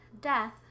death